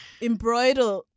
embroider